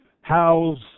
house